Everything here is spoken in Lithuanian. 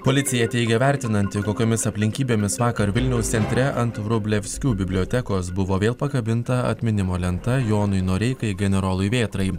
policija teigia vertinanti kokiomis aplinkybėmis vakar vilniaus centre ant vrublevskių bibliotekos buvo vėl pakabinta atminimo lenta jonui noreikai generolui vėtrai